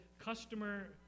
customer